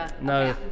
no